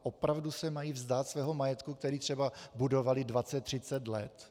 Opravdu se mají vzdát svého majetku, který třeba budovali dvacet, třicet let?